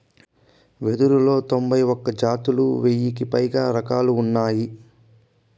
వెదురులో తొంభై ఒక్క జాతులు, వెయ్యికి పైగా రకాలు ఉన్నాయి